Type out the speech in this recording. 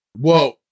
Whoa